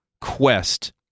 quest